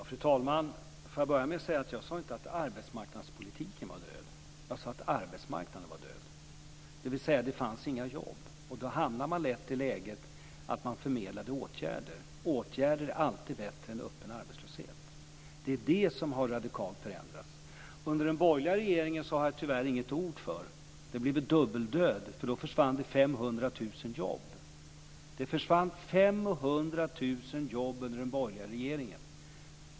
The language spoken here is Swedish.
Fru talman! Jag vill börja med att påpeka att jag inte sade att arbetsmarknadspolitiken var död. Jag sade att arbetsmarknaden var död, dvs. det fanns inga jobb. Då hamnade man lätt i läget att man förmedlade åtgärder. Åtgärder är alltid bättre än öppen arbetslöshet. Det är det som har förändrats radikalt. Hur det var under den borgerliga regeringen har jag tyvärr inget ord för. Det blir väl dubbeldöd, för då försvann det 500 000 jobb. Det försvann 500 000 jobb under den borgerliga regeringen.